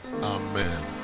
Amen